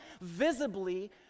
visibly